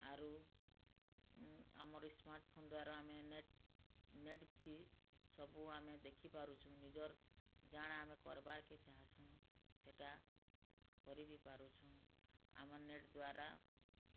ଆରୁ ଆମର୍ ସ୍ମାର୍ଟ୍ଫୋନ୍ ଦ୍ୱାରା ଆମେ ନେଟ୍ ନେଟ୍ଥି ସବୁ ଆମେ ଦେଖିପାରୁଛୁଁ ନିଜର୍ ଜାଣା ଆମେ କର୍ବାର୍କେ ଚାହଁସୁଁ ସେଟା କରି ବି ପାରୁଛୁଁ ଆମର୍ ନେଟ୍ ଦ୍ୱାରା